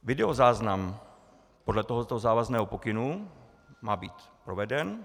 Videozáznam podle tohoto závazného pokynu má být proveden.